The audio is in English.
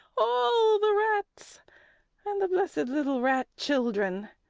all the rats and the blessed little rat-children